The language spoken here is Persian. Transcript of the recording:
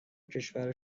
کشور